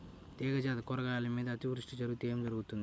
తీగజాతి కూరగాయల మీద అతివృష్టి జరిగితే ఏమి జరుగుతుంది?